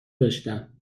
داشتم